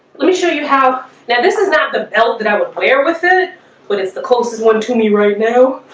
let me show you now this is not the belt that i would wear with it when it's the closest one to me right now